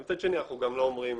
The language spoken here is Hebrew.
מצד שני, אנחנו גם לא אומרים: